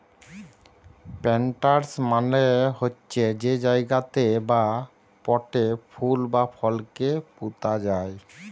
planters মালে হছে যে জায়গাতে বা পটে ফুল বা ফলকে পুঁতা যায়